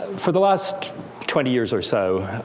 for the last twenty years or so,